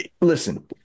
Listen